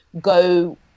go